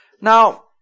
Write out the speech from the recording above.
Now